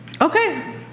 Okay